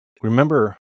remember